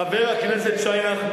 חבר הכנסת שי נחמן,